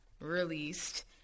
released